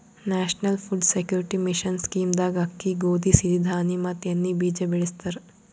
national food security mission scheme ದಾಗ ಅಕ್ಕಿ, ಗೋದಿ, ಸಿರಿ ಧಾಣಿ ಮತ್ ಎಣ್ಣಿ ಬೀಜ ಬೆಳಸ್ತರ